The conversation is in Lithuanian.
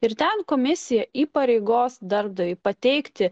ir ten komisija įpareigos darbdavį pateikti